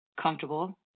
comfortable